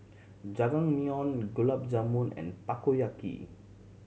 Jajangmyeon Gulab Jamun and Takoyaki